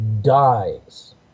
dies